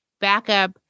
backup